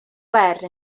fer